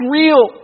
real